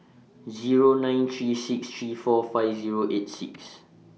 Zero nine three six three four five Zero eight six